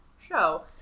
show